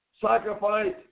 sacrifice